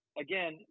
again